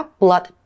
blood